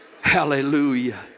Hallelujah